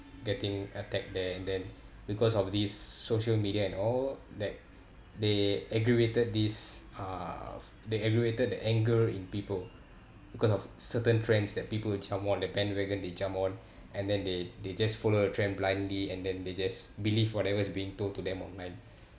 getting attack there and then because of these social media and all that they aggravated this uh they aggravated the anger in people because of certain trends that people will jump on the bandwagon they jump on and then they they just follow the trend blindly and then they just believe whatever is being told to them online